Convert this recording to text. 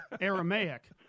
Aramaic